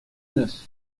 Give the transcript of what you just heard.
neuf